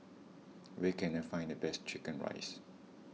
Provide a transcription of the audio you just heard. where can I find the best Chicken Rice